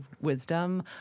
wisdom